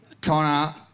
Connor